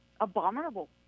abominable